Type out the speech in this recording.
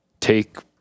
take